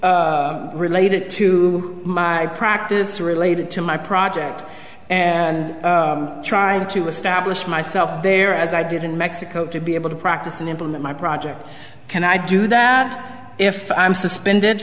be related to my practice related to my project and trying to establish myself there as i did in mexico to be able to practice and implement my project can i do that if i'm suspended